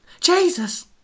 Jesus